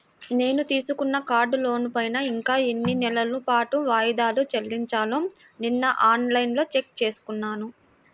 నేను తీసుకున్న కారు లోనుపైన ఇంకా ఎన్ని నెలల పాటు వాయిదాలు చెల్లించాలో నిన్నఆన్ లైన్లో చెక్ చేసుకున్నాను